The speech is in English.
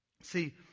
See